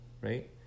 right